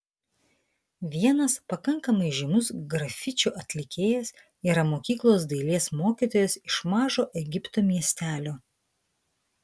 vienas pakankamai žymus grafičių atlikėjas yra mokyklos dailės mokytojas iš mažo egipto miestelio